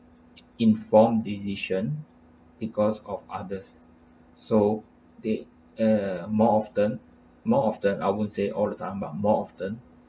informed decision because of others so they uh more often more often I won't say all the time but more often